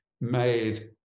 made